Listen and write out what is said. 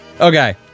Okay